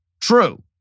true